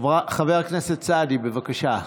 חבר הכנסת סעדי, בבקשה.